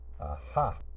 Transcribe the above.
Aha